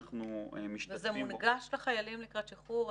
זה מונגש לחיילים לקראת שחרור?